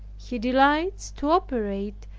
he delights to operate,